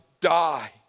die